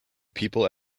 people